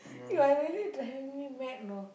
you are really driving me mad you know